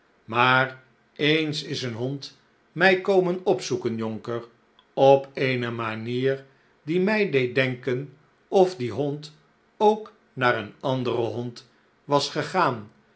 maar eens is een hond my komen opzoeken jonker op eene manier die mij deed denken of die hond ook naar een anderen hond was gegaan